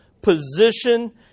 position